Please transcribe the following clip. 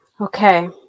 Okay